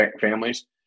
families